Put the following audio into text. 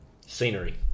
Scenery